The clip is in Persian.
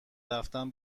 رفتن